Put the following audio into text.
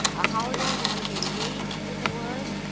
ah how they want to engage with the world.